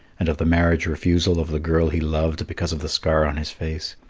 and of the marriage refusal of the girl he loved because of the scar on his face.